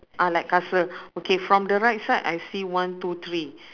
ah like castle okay from the right side I see one two three